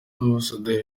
ambasaderi